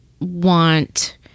want